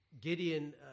Gideon